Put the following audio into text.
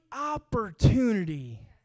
opportunity